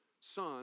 son